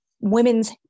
Women's